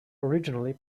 originally